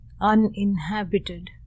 uninhabited